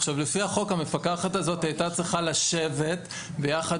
לפי החוק המפקחת הייתה צריכה לשבת ביחד